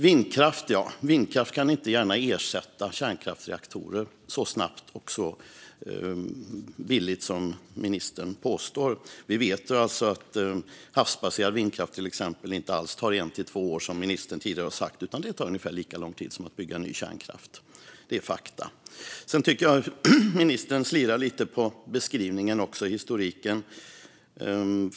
Vindkraft kan inte gärna ersätta kärnkraftsreaktorer så snabbt och billigt som ministern påstår. Vi vet till exempel att havsbaserad vindkraft inte alls tar ett till två år att bygga, som ministern tidigare sagt, utan ungefär lika lång tid som ny kärnkraft. Det är fakta. Jag tycker att ministern slirar lite på beskrivningen och historiken.